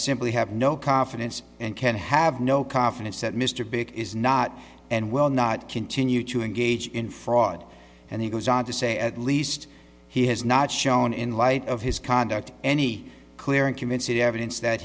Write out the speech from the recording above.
simply have no confidence and can have no confidence that mr big is not and will not continue to engage in fraud and he goes on to say at least he has not shown in light of his conduct any clear and convincing evidence that